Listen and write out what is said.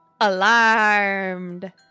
alarmed